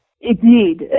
indeed